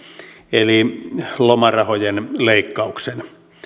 eli lomarahojen leikkauksen